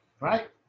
Right